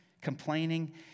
complaining